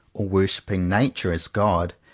or worshipping nature as god,